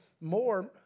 more